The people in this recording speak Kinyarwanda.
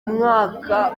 mwaka